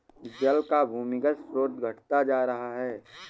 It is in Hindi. जल का भूमिगत स्रोत घटता जा रहा है